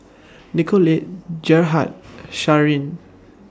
Nicolette Gerhard Sharen